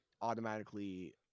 automatically –